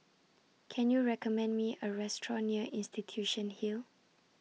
Can YOU recommend Me A Restaurant near Institution Hill